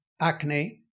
acne